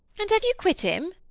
and have you quit him?